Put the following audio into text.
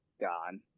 gone